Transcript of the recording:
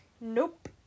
Nope